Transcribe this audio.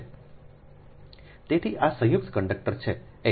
તેથી આ સંયુક્ત કંડક્ટર છે x